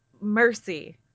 Mercy